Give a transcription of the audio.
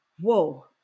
whoa